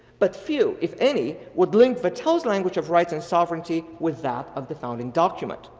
but few, if any would link vattel's language of rights and sovereignty with that of the founding document.